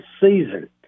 season